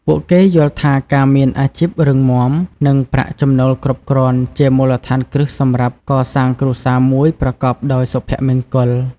ពួកគេយល់ថាការមានអាជីពរឹងមាំ និងប្រាក់ចំណូលគ្រប់គ្រាន់ជាមូលដ្ឋានគ្រឹះសម្រាប់កសាងគ្រួសារមួយប្រកបដោយសុភមង្គល។